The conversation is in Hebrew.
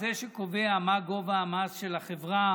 זה שקובע מה גובה המס של החברה